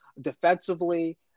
defensively